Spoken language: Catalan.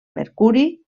mercuri